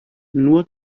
nur